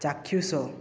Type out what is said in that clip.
ଚାକ୍ଷୁଷ